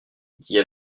dit